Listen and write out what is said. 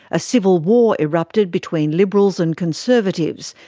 a civil war erupted between liberals and conservatives,